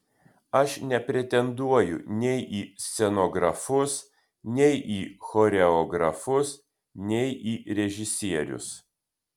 aš nepretenduoju nei į scenografus nei į choreografus nei į režisierius